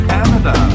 Canada